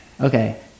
Okay